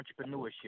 entrepreneurship